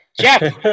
Jeff